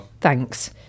Thanks